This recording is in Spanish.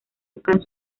buscaron